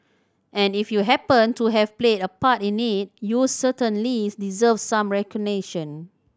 and if you happened to have played a part in it you certainly deserve some recognition